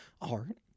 art